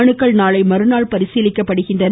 மனுக்கள் நாளைமறுநாள் பரிசீலிக்கப்படுகின்றன